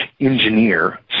engineer